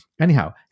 Anyhow